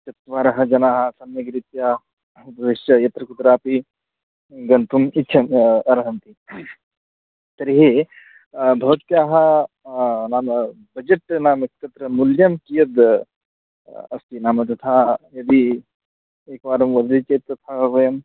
चत्वारः जनाः सम्यग्रित्या उपविश्य यत्र कुत्रापि गन्तुम् इच्छन्ति अर्हन्ति तर्हि भवत्याः नाम बजेट् नाम इत्यत्र मूल्यं कियद् अस्ति नाम तथा यदि एकवारं वदति चेत् तथा वयम्